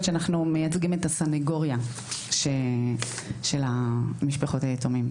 שאנחנו מייצגים את הסניגוריה של משפחות היתומים,